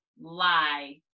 lie